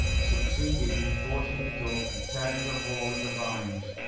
succeeded in forcing it up and tearing a hole in the vines,